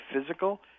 physical